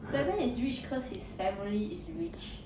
batman is rich cause his family is rich